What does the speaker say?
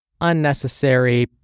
unnecessary